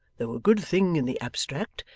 though a good thing in the abstract,